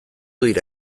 dira